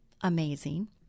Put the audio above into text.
amazing